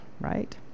right